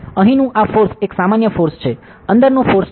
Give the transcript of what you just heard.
અહીંનું આ ફોર્સ એક સામાન્ય ફોર્સ છે અંદરનું ફોર્સ નહીં